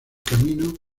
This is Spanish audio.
camino